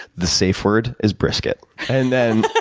the safe word is brisket. and then,